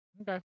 Okay